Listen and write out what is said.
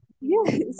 Yes